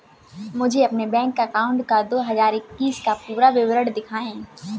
मुझे अपने bank account का दो हज़ार इक्कीस का पूरा विवरण दिखाएँ?